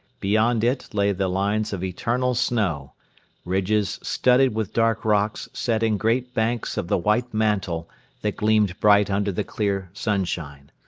beyond it lay the lines of eternal snow ridges studded with dark rocks set in great banks of the white mantle that gleamed bright under the clear sunshine.